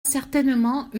certainement